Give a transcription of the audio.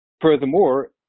furthermore